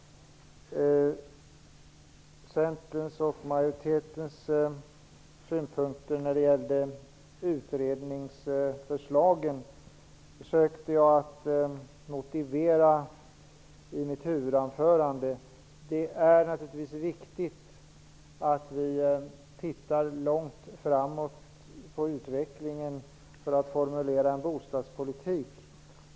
Centerns och majoritetens synpunkter när det gäller utredningsförslagen försökte jag motivera i mitt huvudanförande. Det är naturligtvis viktigt att vi tittar långt framåt på utvecklingen för att formulera en bostadspolitik.